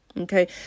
Okay